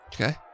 Okay